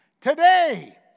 Today